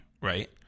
right